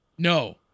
No